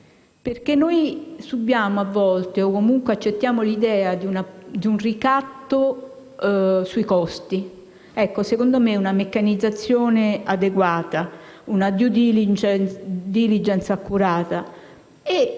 perché noi subiamo, a volte, o comunque accettiamo l'idea di un ricatto sui costi. Ecco, secondo me, c'è bisogno di una meccanizzazione adeguata, di una *due diligence* accurata